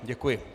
Děkuji.